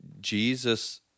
Jesus